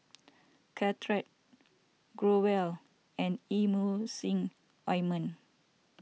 Caltrate Growell and Emulsying Ointment